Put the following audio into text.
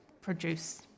produce